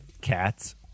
cats